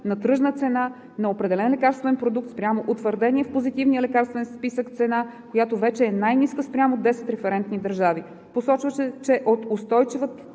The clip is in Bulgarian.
на тръжна цена на определен лекарствен продукт спрямо утвърдената в Позитивния лекарствен списък цена, която вече е най-ниската спрямо 10 референтни държави. Посочва се, че устойчива